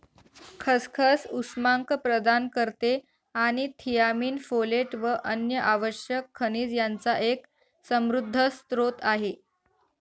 खसखस उष्मांक प्रदान करते आणि थियामीन, फोलेट व अन्य आवश्यक खनिज यांचा एक समृद्ध स्त्रोत आहे